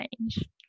change